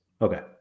Okay